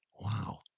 Wow